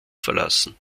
verlassen